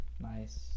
nice